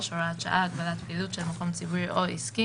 (הוראת שעה) (הגבלת פעילות של מקום ציבורי או עסקי